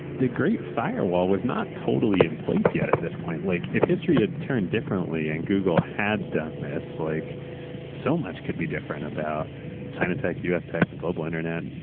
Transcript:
the great firewall was not totally in place yet at this point. like if history had turned differently and google had done this, like so much could be different about china tech, us tech, and the global internet,